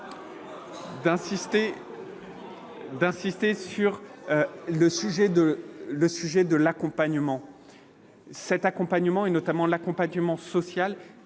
le sujet de le sujet de l'accompagnement cet accompagnement et notamment l'accompagnement social,